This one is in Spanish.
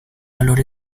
valor